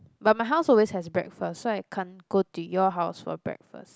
but my house always has breakfast so I can't go to your house for breakfast